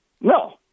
No